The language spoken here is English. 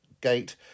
gate